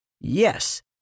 Yes